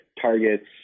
targets